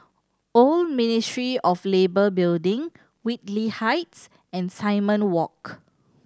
Old Ministry of Labour Building Whitley Heights and Simon Walk